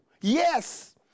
Yes